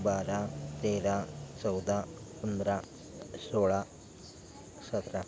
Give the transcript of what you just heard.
बारा तेरा चौदा पंधरा सोळा सतरा